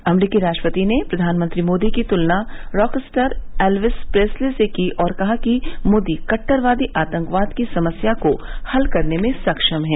अमरीकी राष्ट्रपति ने प्रधानमंत्री मोदी की तुलना रॉकस्टार एल्विस प्रेस्ले से की और कहा कि मोदी कट्टरवादी आतंकवाद की समस्या को हल करने में सक्षम हैं